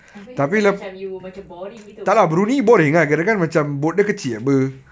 tapi rasa macam you macam boring gitu